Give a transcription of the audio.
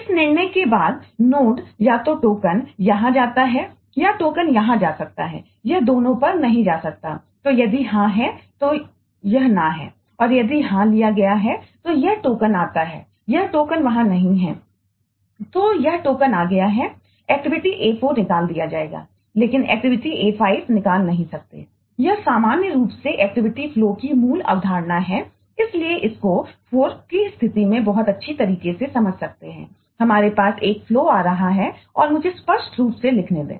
इस निर्णय के बाद नोड आ रहा है और इसे मुझे स्पष्ट रूप से लिखने दें